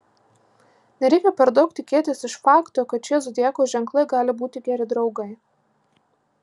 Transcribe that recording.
nereikia per daug tikėtis iš fakto kad šie zodiako ženklai gali būti geri draugai